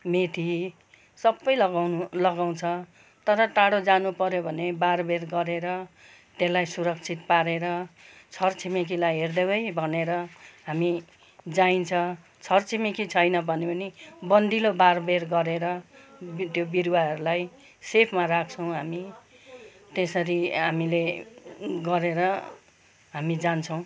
मेथी सबै लगाउनु लगाउँछ तर टाढो जानु पऱ्यो भने बारबेर गरेर त्यसलाई सुरक्षित पारेर छर छिमेकीलाई हेरिदेउ है भनेर हामी जाइन्छ छर छिमेकी छैन भने पनि बँधिलो बारबेर गरेर त्यो बिरुवाहरूलाई सेफमा राख्छौँ हामी त्यसरी हामीले गरेर हामी जान्छौँ